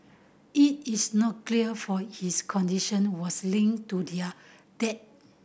it is not clear for his condition was linked to their death